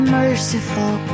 merciful